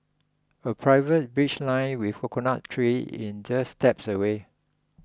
a private beach lined with coconut tree in just steps away